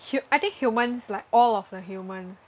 hu~ I think humans like all of the humans